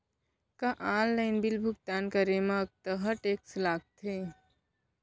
का online bill भुगतान करे मा अक्तहा टेक्स लगथे?